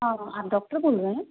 हाँ आप डॉक्टर बोल रहे हैं